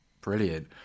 Brilliant